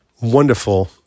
wonderful